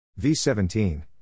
V17